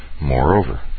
Moreover